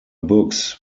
books